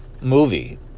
movie